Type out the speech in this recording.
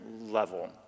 level